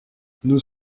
nous